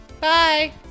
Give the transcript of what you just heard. Bye